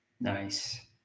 Nice